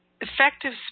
effective